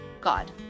God